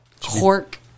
Cork